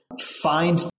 find